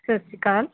ਸਤਿ ਸ਼੍ਰੀ ਅਕਾਲ